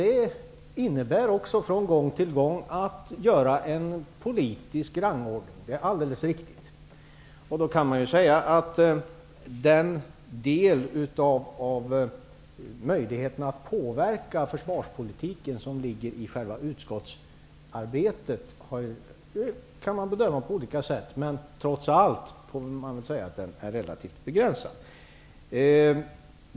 Det innebär också att från gång till gång göra en politisk rangordning. Det är alldeles riktigt. Den del av möjligheten att påverka försvarspolitiken som ligger i själva utskottsarbetet kan man bedöma på olika sätt, men man får väl trots allt säga att den är relativt begränsad.